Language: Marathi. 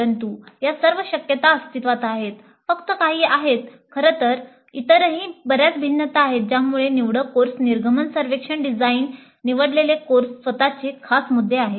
परंतु या सर्व शक्यता फक्त काही अस्तित्वात आहेत खरं तर इतरही बऱ्याच भिन्नता आहेत ज्यामुळे निवडक कोर्स निर्गमन सर्वेक्षण डिझाइन निवडलेले कोर्स स्वत चे खास मुद्दे आहेत